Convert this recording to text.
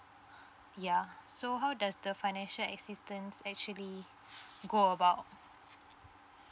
yeah so how does the financial assistance actually go about